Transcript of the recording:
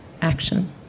action